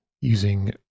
using